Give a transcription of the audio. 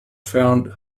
found